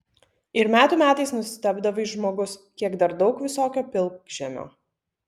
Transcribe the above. ir metų metais nustebdavai žmogus kiek dar daug visokio pilkžemio